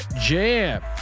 Jam